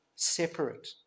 separate